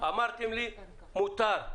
אמרתם לי, מותר,